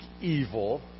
evil